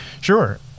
Sure